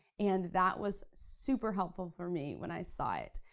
and that was super helpful for me when i saw it.